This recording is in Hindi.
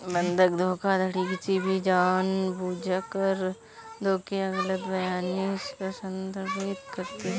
बंधक धोखाधड़ी किसी भी जानबूझकर धोखे या गलत बयानी को संदर्भित करती है